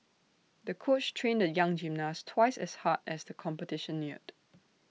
the coach trained the young gymnast twice as hard as the competition neared